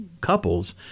couples